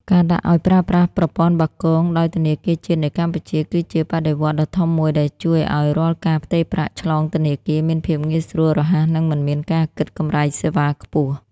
ការដាក់ឱ្យប្រើប្រាស់ប្រព័ន្ធបាគង ដោយធនាគារជាតិនៃកម្ពុជា គឺជាបដិវត្តន៍ដ៏ធំមួយដែលជួយឱ្យរាល់ការផ្ទេរប្រាក់ឆ្លងធនាគារមានភាពងាយស្រួល រហ័ស និងមិនមានការគិតកម្រៃសេវាខ្ពស់។